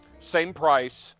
same price,